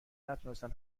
نتونستن